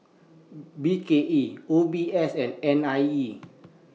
B K E O B S and N I E